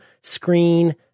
screen